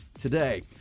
today